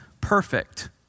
perfect